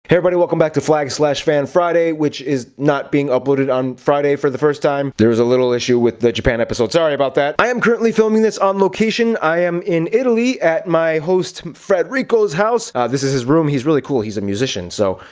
hey everybody, welcome back to flag flag fan friday. which is not being uploaded on friday for the first time. there was a little issue with the japan episode. sorry about that! i am currently filming this on location. i am in italy at my host frederico's house. this is his room. he's really cool. he's a musician so,